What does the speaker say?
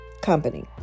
company